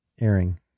airing